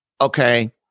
okay